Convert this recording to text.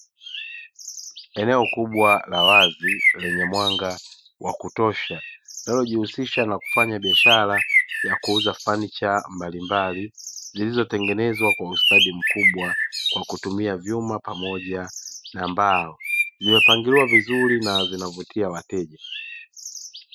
Eneo kubwa la wazi lenye mwanga wa kutosha linalojihusisha na kufanya biashara ya kuuza fanicha mbalimbali, zilizotengenezwa kwa ustadi mkubwa kwa kutumia vyuma pamoja na mbao. Zimepangiliwa vizuri na zinavutia wateja.